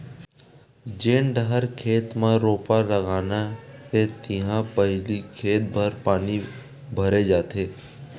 जेन डहर खेत म रोपा लगाना हे तिहा पहिली खेत भर पानी भरे जाथे